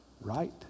right